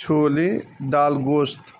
چھولے دال گوشت